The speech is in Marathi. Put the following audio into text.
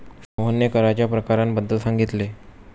मोहनने कराच्या प्रकारांबद्दल सांगितले